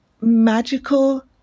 magical